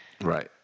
Right